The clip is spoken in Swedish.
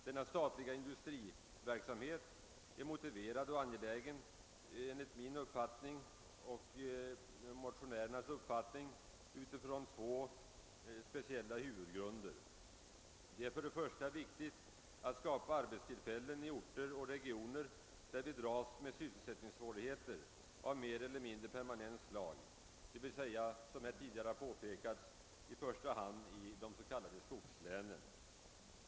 Denna statliga industriföretagsamhet är enligt min och övriga motionärers uppfattning motiverad och angelägen av två huvudskäl. Det är för det första viktigt att skapa arbetstillfällen i orter och regioner där man dras med sysselsättningssvårigheter av mer eller mindre permanent slag, d.v.s. i första hand i de s.k. skogslänen.